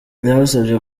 yabasabye